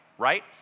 right